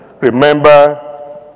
remember